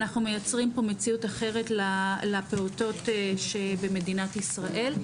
אנחנו מייצרים פה מציאות אחרת לפעוטות שבמדינת ישראל.